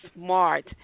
SMART